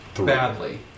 badly